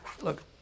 look